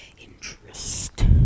interest